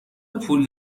پول